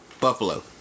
Buffalo